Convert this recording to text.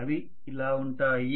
అవి ఇలా ఉంటాయి